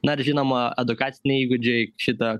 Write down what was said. na ir žinoma edukaciniai įgūdžiai šita